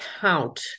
count